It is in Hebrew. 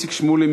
איציק שמולי,